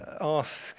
ask